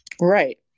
Right